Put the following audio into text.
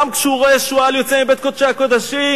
כשהוא רואה שועל יוצא מבית קודשי הקודשים".